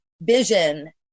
vision